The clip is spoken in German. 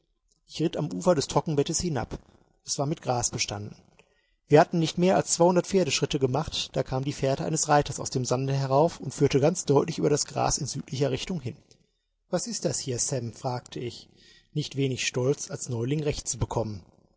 ritt am ufer des trockenbettes hinab es war mit gras bestanden wir hatten nicht mehr als zweihundert pferdeschritte gemacht da kam die fährte eines reiters aus dem sande herauf und führte ganz deutlich über das gras in südlicher richtung hin was ist das hier sam fragte ich nicht wenig stolz als neuling recht zu bekommen